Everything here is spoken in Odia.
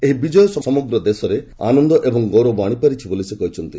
ଏହି ବିଜୟ ସମସ୍ତ ଦେଶରେ ଆନନ୍ଦ ଏବଂ ଗୌରବ ଆଣିପାରିଛି ବୋଲି ସେ କହିଚନ୍ତି